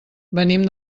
venim